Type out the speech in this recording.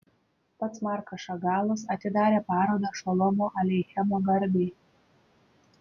pats markas šagalas atidarė parodą šolomo aleichemo garbei